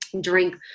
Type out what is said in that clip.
drink